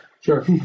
Sure